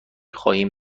خواهیم